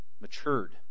matured